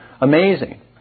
Amazing